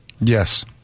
Yes